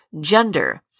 gender